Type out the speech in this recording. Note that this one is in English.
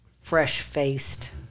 fresh-faced